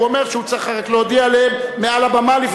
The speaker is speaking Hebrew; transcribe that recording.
הוא אומר שהוא צריך רק להודיע עליהם מעל הבמה לפני ההצבעה.